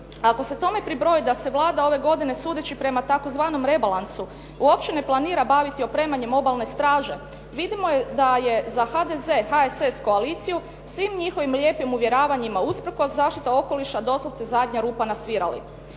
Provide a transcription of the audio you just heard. Ako se tome pribroji da se Vlada ove godine sudeći prema tzv. rebalansu uopće ne planira baviti opremanjem Obalne straže vidimo da je za HDZ, HSS, koaliciju svim njihovim lijepim uvjeravanjima usprkos zaštita okoliša doslovce zadnja rupa na svirali.